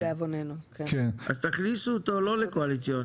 כן, לדאבוננו אז תכניסו אותו לא לקואליציוני.